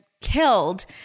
killed